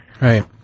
Right